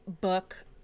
book